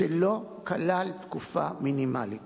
שלא כלל תקופה מינימלית